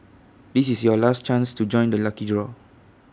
this is your last chance to join the lucky draw